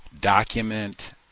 document